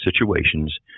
situations